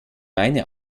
meine